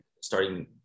starting